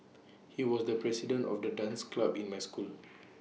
he was the president of the dance club in my school